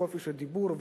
חופש הדיבור,